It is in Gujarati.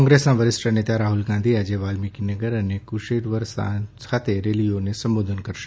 કોંગ્રેસના વરિષ્ઠ નેતા રાહૂલ ગાંધી આજે વાલ્મીકીનગર અને કુશેતવરથાન ખાતે રેલીઓ સંબોધશે